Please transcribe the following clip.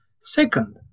Second